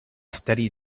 steady